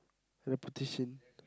repetition